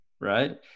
right